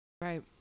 right